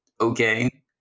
okay